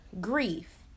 grief